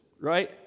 right